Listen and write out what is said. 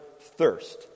thirst